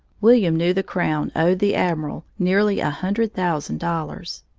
william knew the crown owed the admiral nearly a hundred thousand dollars.